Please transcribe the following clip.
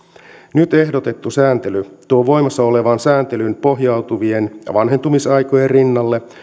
nyt ehdotettu sääntely tuo voimassa olevaan sääntelyyn pohjautuvien vanhentumisaikojen rinnalle